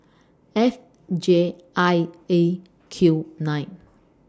F J I A Q nine